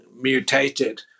mutated